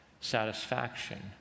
satisfaction